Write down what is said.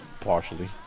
partially